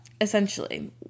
essentially